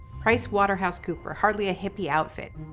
price waterhouse cooper, hardly a hippy outfit.